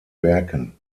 werken